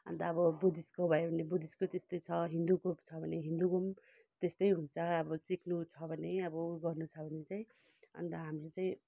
अन्त अब बुद्धिस्टको भयो भने बुद्धिस्टको त्यस्तै छ हिन्दूको छ भने हिन्दूको त्यस्तै हुन्छ अब सिक्नु छ भने अब गर्नु छ भने चाहिँ अन्त हामीले चाहिँ